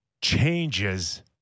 changes